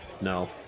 no